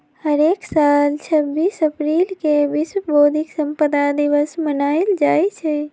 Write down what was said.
हरेक साल छब्बीस अप्रिल के विश्व बौधिक संपदा दिवस मनाएल जाई छई